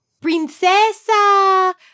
Princesa